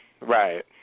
right